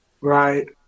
right